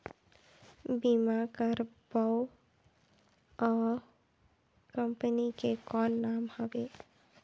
बीमा करबो ओ कंपनी के कौन नाम हवे?